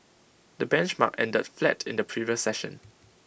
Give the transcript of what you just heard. the benchmark ended flat in the previous session